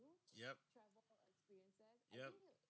yup yup